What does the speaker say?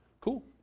Cool